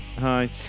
Hi